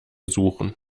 suchen